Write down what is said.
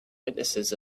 witnesses